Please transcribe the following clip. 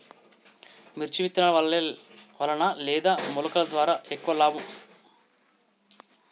మిర్చి విత్తనాల వలన లేదా మొలకల ద్వారా ఎక్కువ లాభం?